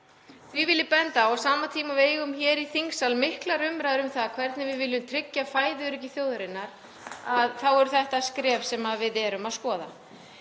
Því vil ég benda á að á sama tíma og við eigum hér í þingsal miklar umræður um það hvernig við viljum tryggja fæðuöryggi þjóðarinnar þá er þetta skref sem við erum að skoða.